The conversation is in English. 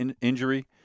injury